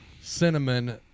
cinnamon